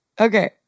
Okay